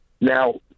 Now